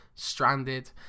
Stranded